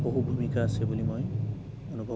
বহু ভূমিকা আছে বুলি মই অনুভৱ কৰোঁ